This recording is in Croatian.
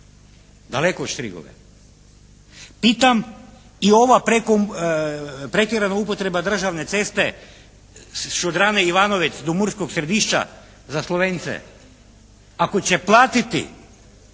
daleko od Štrigove. Pitam i ova pretjerana upotreba državne ceste šodrane Ivanovec do Murskog Središća za Slovence? Ako će platiti